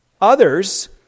others